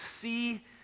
see